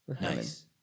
Nice